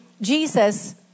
Jesus